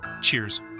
Cheers